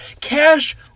Cash